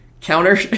counter